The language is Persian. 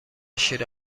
شیر